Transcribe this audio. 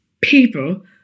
people